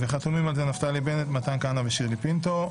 חתומים על זה נפתלי בנט, מתן כהנא ושירלי פינטו.